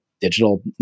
digital